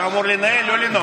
אתה אמור לנהל, לא לנאום.